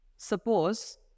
suppose